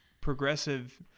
progressive